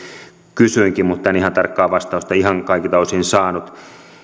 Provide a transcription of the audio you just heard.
kysyinkin mutta en ihan tarkkaa vastausta ihan kaikilta osin saanut ja